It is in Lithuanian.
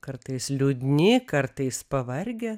kartais liūdni kartais pavargę